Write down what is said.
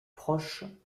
proches